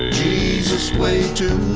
jesus way to